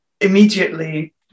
immediately